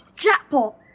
Jackpot